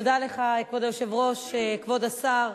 כבוד היושב-ראש, תודה לך, כבוד השר,